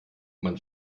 man